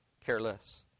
careless